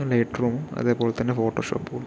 പ്ലേറ്ററൂം അതേപോലെ ഫോട്ടോഷോപ്പും